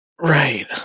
right